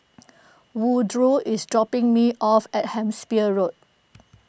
Woodroe is dropping me off at Hampshire Road